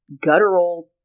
guttural